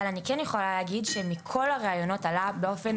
אבל אני כן יכולה להגיד שמכל הראיונות עלה באופן